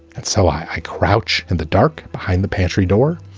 and so i crouch in the dark behind the pantry door.